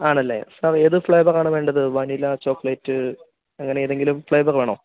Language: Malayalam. ആണല്ലേ സാർ ഏത് ഫ്ലേവറാണ് വേണ്ടത് വാനില ചോക്ലേറ്റ് അങ്ങനെ ഏതെങ്കിലും ഫ്ലേവർ വേണോ